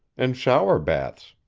and shower baths.